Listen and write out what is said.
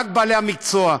רק בעלי המקצוע.